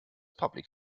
public